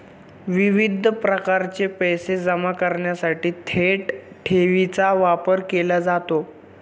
विविध प्रकारचे पैसे जमा करण्यासाठी थेट ठेवीचा वापर केला जातो